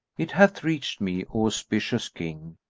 it hath reached me, o auspicious king,